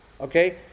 okay